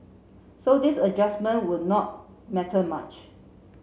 so this adjustment would not matter much